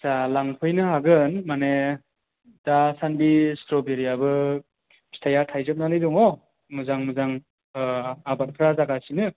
आस्सा लांफैनो हागोन माने दासान्दि स्ट्र'बेरियाबो फिथाइआ थाइजोबनानै दङ मोजां मोजां ओ आबादफ्रा जागासिनो